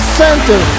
center